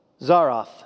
Zaroff